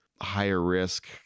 higher-risk